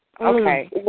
Okay